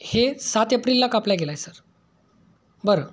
हे सात एप्रिलला कापला गेला आहे सर बरं